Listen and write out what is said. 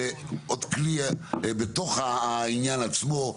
זה עוד כלי בתוך העניין עצמו.